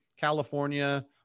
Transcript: California